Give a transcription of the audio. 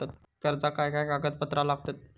कर्जाक काय काय कागदपत्रा लागतत?